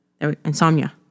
Insomnia